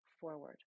forward